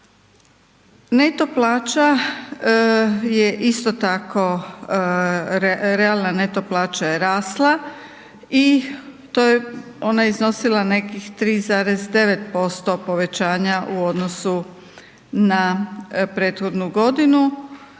Neto plaća je isto tako, realna neto plaća je rasla, i to je, ona je iznosila nekih 3,9% povećanja u odnosu na prethodnu godinu,